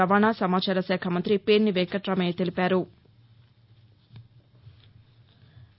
రవాణా సమాచార శాఖా మంతి పేర్ని వెంకుటామయ్య తెలిపారు